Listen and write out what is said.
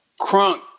crunk